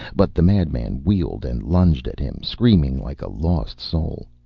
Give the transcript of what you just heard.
but the madman wheeled and lunged at him, screaming like a lost soul.